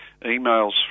emails